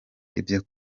ibyo